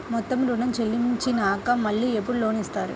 మొత్తం ఋణం చెల్లించినాక మళ్ళీ ఎప్పుడు లోన్ ఇస్తారు?